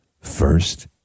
first